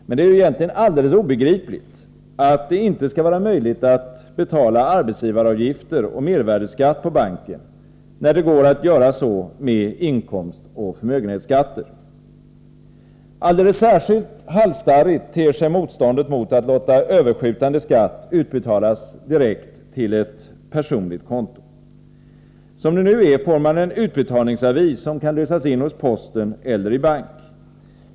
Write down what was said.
Men det är ju egentligen alldeles obegripligt att det inte skall vara möjligt att betala arbetsgivaravgifter och mervärdeskatt på banken när det går att göra så med inkomstoch förmögenhetsskatter. Alldeles särskilt halsstarrigt ter sig motståndet mot att låta överskjutande skatt utbetalas direkt till ett personligt konto. Som det nu är får man en utbetalningsavi som kan lösas in hos posten eller i bank.